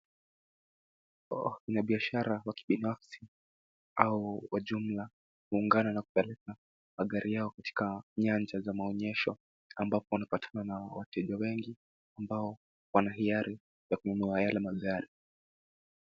Wafanyibiashara wa kibinafsi au wa jumla wameungana na kupeleka magari yao katika nyanja za maonyesho ambapo wanapatikana wateja wengi ambao wanahiari ya kununua yale magari.